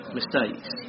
mistakes